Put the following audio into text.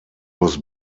was